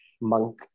monk